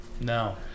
No